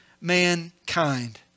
mankind